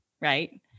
right